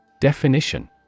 Definition